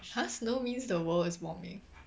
!huh! snow means the world is warming